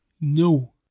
no